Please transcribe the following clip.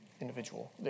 Individual